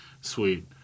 Sweet